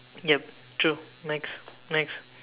yup true next next